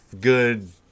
good